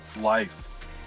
life